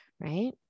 Right